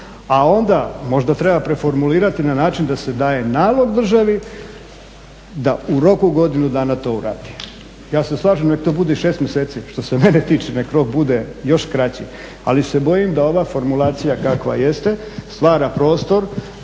A onda možda treba preformulirati na način da se daje nalog državi da u roku godinu dana to uradi. Ja se slažem nek' to bude šest mjeseci. Što se mene tiče nek' rok bude još kraći, ali se bojim da ova formulacija kakva jeste stvara prostor